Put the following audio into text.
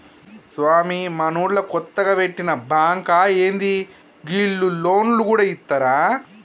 స్వామీ, మనూళ్ల కొత్తగ వెట్టిన బాంకా ఏంది, గీళ్లు లోన్లు గూడ ఇత్తరా